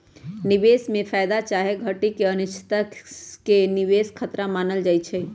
निवेश में फयदा चाहे घटि के अनिश्चितता के निवेश खतरा मानल जाइ छइ